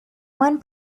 one